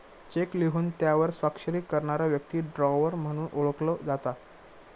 check लिहून त्यावर स्वाक्षरी करणारा व्यक्ती ड्रॉवर म्हणून ओळखलो जाता